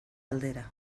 aldera